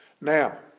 Now